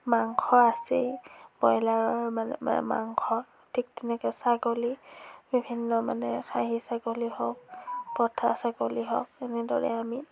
মাংস আছেই ব্ৰইলাৰৰ মাংস ঠিক তেনেকৈ ছাগলী বিভিন্ন মানে খাহী ছাগলী হওক পঠা ছাগলী হওক এনেদৰে আমি